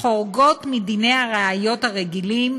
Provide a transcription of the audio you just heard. החורגים מדיני הראיות הרגילים,